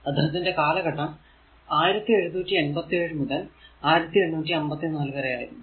അദ്ദേഹത്തിന്റെ കാലഘട്ടം 1787 മുതൽ 1854 വരെ ആയിരുന്നു